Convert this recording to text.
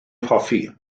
hoffi